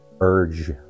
urge